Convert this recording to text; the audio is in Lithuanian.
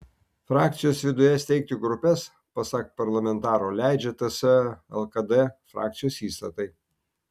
frakcijos viduje steigti grupes pasak parlamentaro leidžia ts lkd frakcijos įstatai